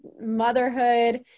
motherhood